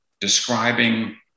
describing